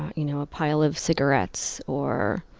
you know a pile of cigarettes or